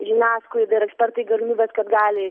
žiniasklaida ir ekspertai galimybės kad gali